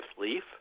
leaf